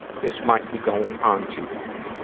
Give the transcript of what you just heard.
this might be going on too long.